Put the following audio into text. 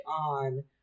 on